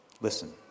Listen